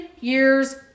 years